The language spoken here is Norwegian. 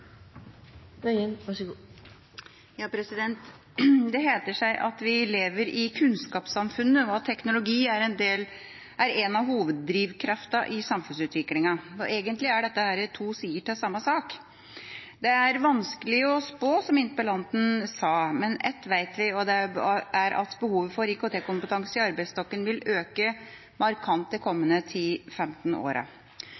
og høyskolesektoren. En fornuftig konsentrasjon og kvalitetsheving vil kunne føre til bedre muligheter for riktige prioriteringer og flere studieplasser innenfor IKT. Det heter seg at vi lever i kunnskapssamfunnet, og at teknologi er en av hoveddrivkreftene i samfunnsutviklinga – og egentlig er dette to sider av samme sak. Det er vanskelig å spå, som interpellanten sa, men ett vet vi, og det er at behovet for IKT-kompetanse i arbeidsstokken vil øke markant